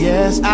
Yes